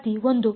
ವಿದ್ಯಾರ್ಥಿ 1